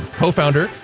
co-founder